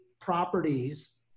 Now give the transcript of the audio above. properties